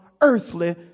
earthly